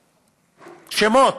שמות.